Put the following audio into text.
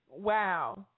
Wow